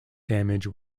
damage